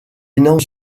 énorme